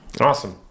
Awesome